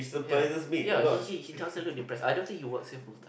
ya ya he he he doesn't look depress I don't think he works here full time